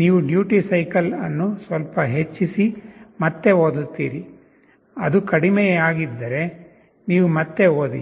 ನೀವು duty cycle ಅನ್ನು ಸ್ವಲ್ಪ ಹೆಚ್ಚಿಸಿ ಮತ್ತೆ ಓದುತ್ತೀರಿ ಅದು ಕಡಿಮೆಯಾಗಿದ್ದರೆ ನೀವು ಮತ್ತೆ ಓದಿ